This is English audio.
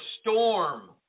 storm